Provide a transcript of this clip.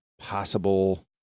possible